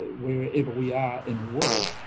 wherever we are in the world,